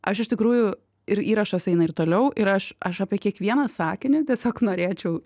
aš iš tikrųjų ir įrašas eina ir toliau ir aš aš apie kiekvieną sakinį tiesiog norėčiau